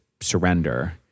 surrender